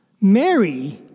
Mary